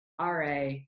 RA